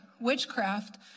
witchcraft